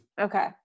Okay